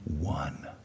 one